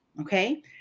Okay